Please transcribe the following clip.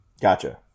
Gotcha